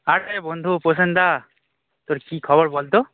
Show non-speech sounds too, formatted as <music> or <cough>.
আর <unintelligible> বন্ধু প্রসেনদা তোর কি খবর বলতো